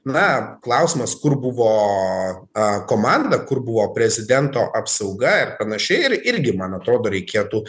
na klausimas kur buvo a komanda kur buvo prezidento apsauga ir panašiai ir irgi man atrodo reikėtų